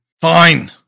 Fine